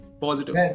positive